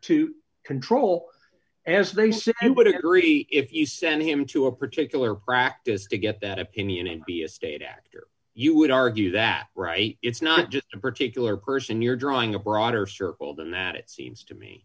to control as they say i would agree if he sent him to a particular practice to get that opinion and be a state actor you would argue that right it's not just a particular person you're drawing a broader circle than that it seems to me